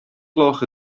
gloch